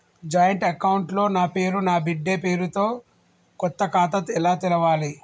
Joint account లో నా పేరు నా బిడ్డే పేరు తో కొత్త ఖాతా ఎలా తెరవాలి?